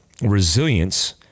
resilience